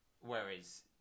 Whereas